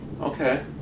Okay